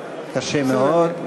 שמטרתה, קשה מאוד.